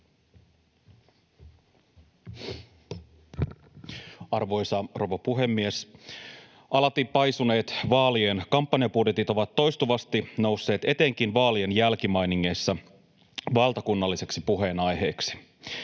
Arvoisa rouva puhemies! Alati paisuneet vaalien kampanjabudjetit ovat toistuvasti nousseet etenkin vaalien jälkimainingeissa valtakunnallisiksi puheenaiheiksi.